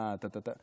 דת וכו',